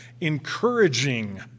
encouraging